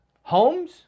homes